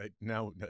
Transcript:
now